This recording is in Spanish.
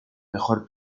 mejor